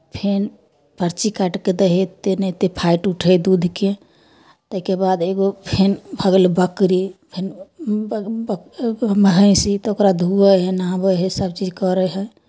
फेन पर्ची काटि कऽ दै हइ एतेक नहि एतेक फैट उइट हइ दूधके ताहिके बाद एगो फेन भऽ गेल बकरी फेन ब् बक महिँसी तऽ ओकरा धुऐत हइ नहाबैत हइ सभ चीज करै हइ